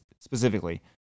specifically